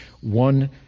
one